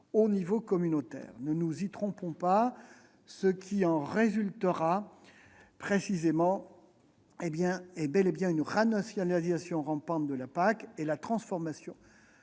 au niveau communautaire. Ne nous y trompons pas, ce qui en résultera précisément est bel et bien une renationalisation rampante de la PAC et la transformation